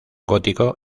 gótico